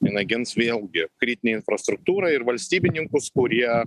jinai gins vėlgi kritinę infrastruktūrą ir valstybininkus kurie